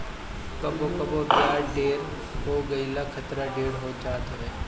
कबो कबो बियाज ढेर हो गईला खतरा ढेर हो जात हवे